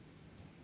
it's what